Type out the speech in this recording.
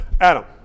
Adam